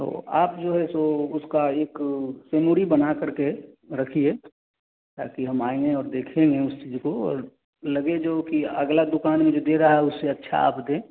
तो आप जो हैं सो उसका एक सेमुरी बनाकर के रखिए ताकि हम आएँगे और देखेंगे उस चीज़ को और लगे जो कि अगला दुकान में जो दे रहा है उससे अच्छा आप दें